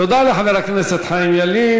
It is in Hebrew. תודה לחבר הכנסת חיים ילין.